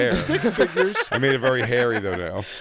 ah stick figures. i made it very hairy, though,